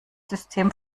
system